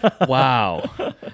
wow